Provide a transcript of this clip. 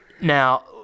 Now